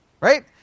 right